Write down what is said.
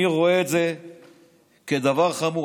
אני רואה את זה כדבר חמור.